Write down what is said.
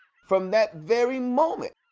from that very moment,